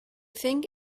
thing